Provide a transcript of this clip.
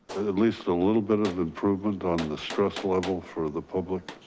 at least a little bit of improvement on the stress level for the public.